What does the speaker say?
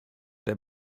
der